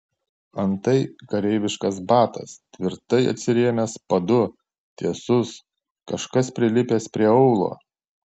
antai kareiviškas batas tvirtai atsirėmęs padu tiesus kažkas prilipęs prie aulo